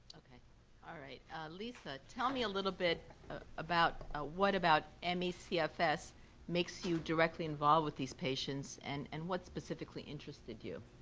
lisa, tell me a little bit about ah what about and me cfs bakes you directly involved with these patients and and what specifically interested you?